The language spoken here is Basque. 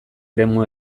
eremu